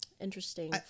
interesting